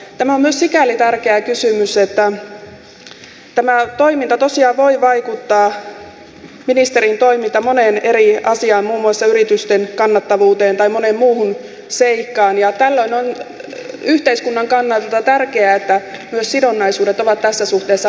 tämä on myös sikäli tärkeä kysymys että tämä ministerin toiminta tosiaan voi vaikuttaa moneen eri asiaan muun muassa yritysten kannattavuuteen tai moneen muuhun seikkaan ja tällöin on yhteiskunnan kannalta tärkeää että myös sidonnaisuudet ovat tässä suhteessa läpinäkyviä